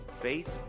Faith